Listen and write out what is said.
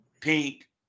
Pink